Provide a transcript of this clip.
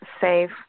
safe